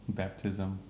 baptism